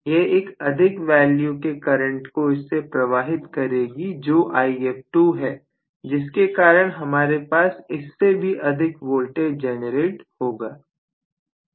यह एक अधिक वैल्यू के करंट को इससे प्रवाहित करेगी जो If2 है जिसके कारण हमारे पास इससे भी अधिक वोल्टेज जनरेट होगा